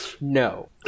No